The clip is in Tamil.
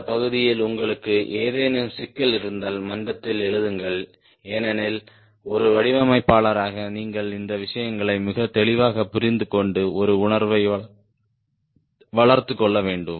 இந்த பகுதியில் உங்களுக்கு ஏதேனும் சிக்கல் இருந்தால் மன்றத்தில் எழுதுங்கள் ஏனெனில் ஒரு வடிவமைப்பாளராக நீங்கள் இந்த விஷயங்களை மிக தெளிவாக புரிந்து கொண்டு ஒரு உணர்வை வளர்த்துக் கொள்ள வேண்டும்